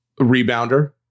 Rebounder